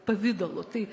pavidalu tai